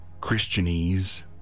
christianese